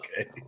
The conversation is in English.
okay